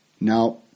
now